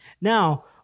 Now